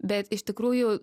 bet iš tikrųjų